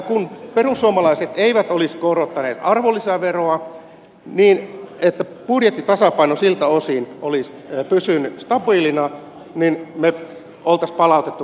kun perussuomalaiset eivät olisi korottaneet arvonlisäveroa niin jotta budjettitasapaino siltä osin olisi pysynyt stabiilina me olisimme palauttaneet kela maksun